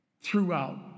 throughout